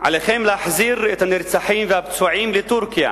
עליכם להחזיר את הנרצחים והפצועים לטורקיה.